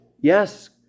Yes